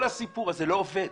כל הסיפור הזה לא עובד.